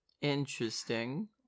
Interesting